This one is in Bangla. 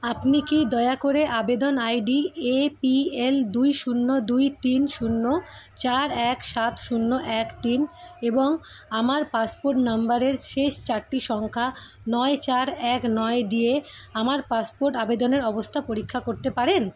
আপনি কি দয়া করে আবেদন আইডি এপিএল দুই শূন্য দুই তিন শূন্য চার এক সাত শূন্য এক তিন এবং আমার পাসপোর্ট নাম্বারের শেষ চারটি সংখ্যা নয় চার এক নয় দিয়ে আমার পাসপোর্ট আবেদনের অবস্থা পরীক্ষা করতে পারেন